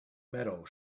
metal